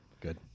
Good